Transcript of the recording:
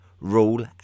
rule